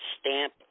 stamp